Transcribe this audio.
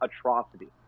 atrocity